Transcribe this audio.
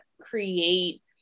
create